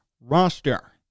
roster